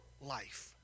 life